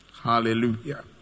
Hallelujah